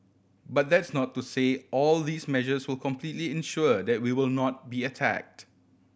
but that's not to say all of these measures will completely ensure that we will not be attacked